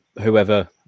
whoever